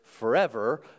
Forever